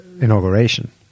inauguration